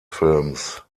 films